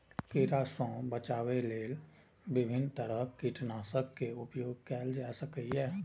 कीड़ा सं बचाव लेल विभिन्न तरहक कीटनाशक के उपयोग कैल जा सकैए